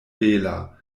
bela